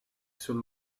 sul